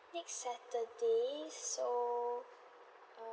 next saturday so err